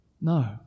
No